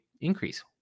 increase